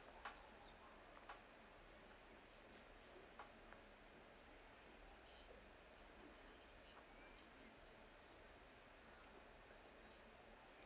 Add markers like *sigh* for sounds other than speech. *noise*